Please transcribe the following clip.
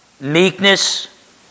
Meekness